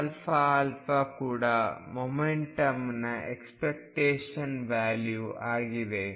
pααಕೂಡ ಮೊಮೆಂಟಮ್ನ expectation value ಆಗಿದೆ